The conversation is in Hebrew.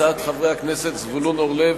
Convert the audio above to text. הצעות חברי הכנסת זבולון אורלב,